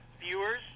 viewers